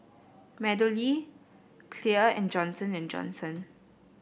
MeadowLea Clear and Johnson And Johnson